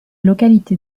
localité